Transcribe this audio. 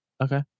Okay